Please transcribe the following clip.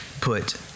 put